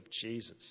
Jesus